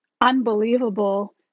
unbelievable